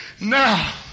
Now